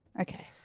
Okay